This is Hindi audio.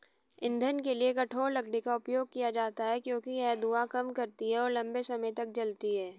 ईंधन के लिए कठोर लकड़ी का उपयोग किया जाता है क्योंकि यह धुआं कम करती है और लंबे समय तक जलती है